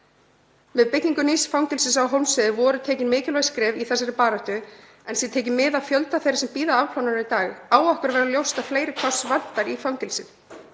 Með byggingu nýs fangelsis á Hólmsheiði voru tekin mikilvæg skref í þessari baráttu en sé tekið mið af fjölda þeirra sem bíða afplánunar í dag á okkur að vera ljóst að fleiri pláss vantar í fangelsið.